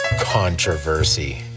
controversy